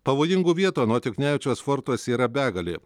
pavojingų vietų anot juknevičiaus fortuose yra begalė